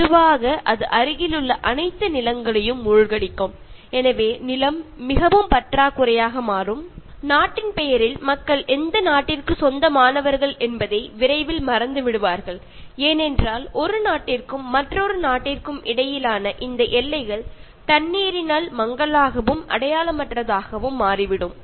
അതുപോലെ ഒരിക്കൽ കടലിലെ ജലനിരപ്പ് ഉയർന്നാൽ പതിയെ പതിയെ അടുത്തുള്ള സ്ഥലങ്ങൾ എല്ലാം വെള്ളത്തിനടിയിൽ ആവുകയും പിന്നീട് സ്ഥല ലഭ്യത ഇല്ലാതെ വരികയും പതിയെപ്പതിയെ നമ്മുടെ രാജ്യം മുഴുവൻ വെള്ളത്തിനടിയിൽ ആകുകയും ഒരു രാജ്യവും അവിടത്തെ ജനതയെയും നാമാവശേഷമാവുകയും ചെയ്യുന്നു